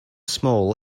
small